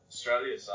Australia